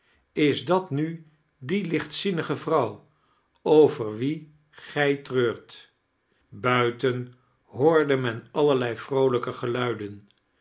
is dat nu die lichtzinnige vrouw over wie gij treurt buiten hoorde men alleiiei vroolijke galuiden